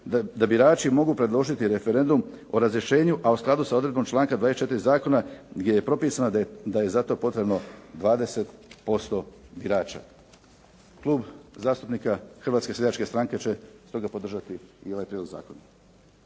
da birači mogu predložiti referendum o razrješenju, a u skladu sa odredbom članka 24. zakona gdje je propisano da je za to potrebno 20% birača. Klub zastupnika Hrvatske seljačke stranke će stoga podržati i ovaj prijedlog zakona.